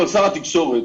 שר התקשורת,